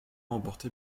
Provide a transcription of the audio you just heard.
emporté